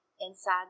inside